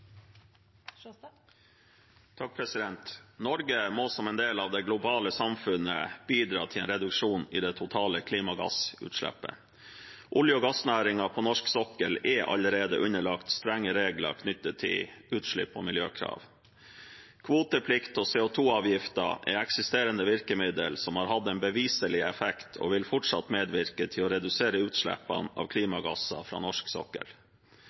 Norge må som en del av det globale samfunnet bidra til en reduksjon i de totale klimagassutslippene. Olje- og gassnæringen på norsk sokkel er allerede underlagt strenge regler knyttet til utslipp og miljøkrav. Kvoteplikt og CO 2 -avgift er eksisterende virkemidler som har hatt en beviselig effekt, og vil fortsatt medvirke til å redusere utslippene av klimagasser fra norsk sokkel.